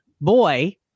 boy